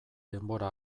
denbora